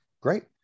great